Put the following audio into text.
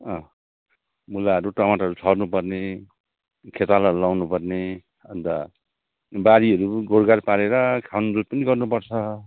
मुलाहरू टमाटरहरू छर्नुपर्ने खेतालाहरू लाउनुपर्ने अनि त बारीहरू निगोडगाड पारेर खनजोत पनि गर्नुपर्छ